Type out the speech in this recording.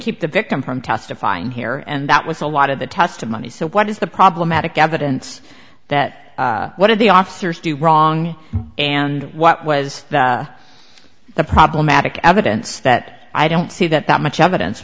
keep the victim from testifying here and that was a lot of the testimony so what is the problematic evidence that what did the officers do wrong and what was the problematic evidence that i don't see that much evidence